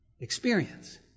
Experience